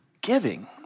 giving